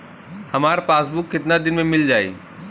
हमार पासबुक कितना दिन में मील जाई?